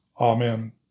Amen